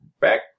Back